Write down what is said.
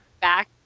back